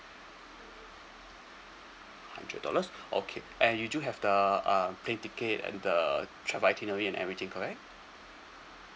hundred dollars okay and you do have the um plane ticket and the uh travel itinerary and everything correct